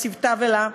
לצוותה ולה,